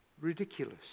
ridiculous